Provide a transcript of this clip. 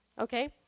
Okay